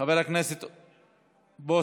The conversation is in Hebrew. חבר הכנסת בוסו.